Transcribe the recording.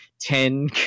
ten